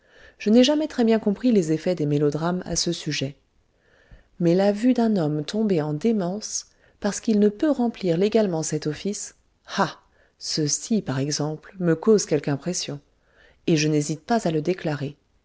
je n'ai jamais très bien compris les effets des mélodrames à ce sujet mais la vue d'un homme tombé en démence parce qu'il ne peut remplir légalement cet office ah ceci par exemple me cause quelque impression et je n'hésite pas à le déclarer